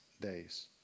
days